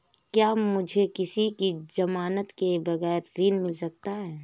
क्या मुझे किसी की ज़मानत के बगैर ऋण मिल सकता है?